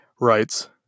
writes